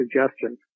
suggestions